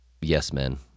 yes-men